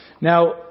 Now